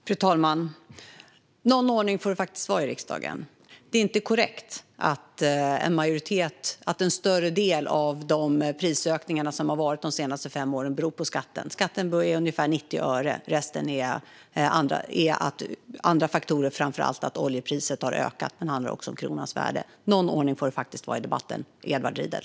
Fru talman! Någon ordning får det faktiskt vara i riksdagen. Det är inte korrekt att större delen av de prisökningar som har skett de senaste fem åren beror på skatten. Skatten står för ungefär 90 öre. Resten beror på andra faktorer, framför allt att oljepriset har ökat. Det handlar också om kronans värde. Någon ordning får det faktiskt vara i debatten, Edward Riedl!